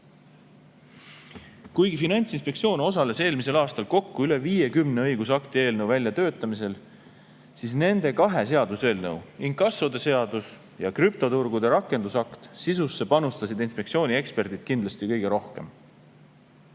Kuigi Finantsinspektsioon osales eelmisel aastal kokku üle 50 õigusakti eelnõu väljatöötamisel, siis nende kahe seaduseelnõu – inkassode seadus ja krüptoturgude rakendusakt – sisusse panustasid inspektsiooni eksperdid kindlasti kõige rohkem.